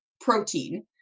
protein